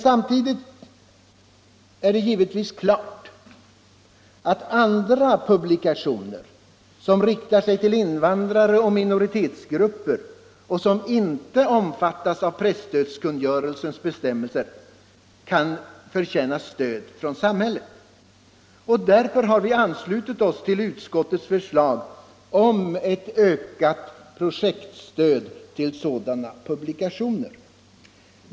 Samtidigt är det givetvis klart att andra publikationer som riktar sig till invandrare och minoritetsgrupper och som inte omfattas av presstödskungörelsens bestämmelser, kan förtjäna stöd från samhället. Och därför har vi anslutit oss till utskottets förslag om ett ökat projektstöd till sådana publikationer.